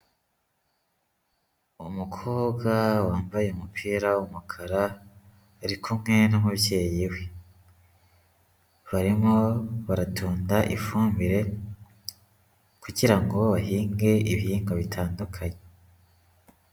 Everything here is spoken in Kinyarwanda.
Umukobwa wambaye umupira w'umukara, ari kumwe n'umubyeyi we. Barimo baratunda ifumbire kugira ngo bahinge ibihingwa bitandukanye.